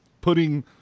putting